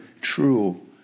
true